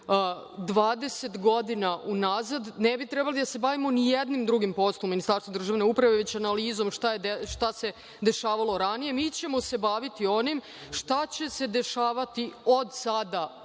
20 godina unazad ne bi trebalo da se bavimo ni jednim drugim poslom u Ministarstvu državne uprave i lokalne samouprave, već analizom šta se dešavalo ranije. Mi ćemo se baviti onim šta će se dešavati od sada,